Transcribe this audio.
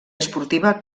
esportiva